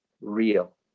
real